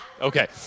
Okay